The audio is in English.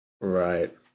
right